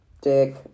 dick